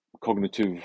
cognitive